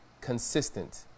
consistent